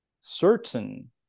certain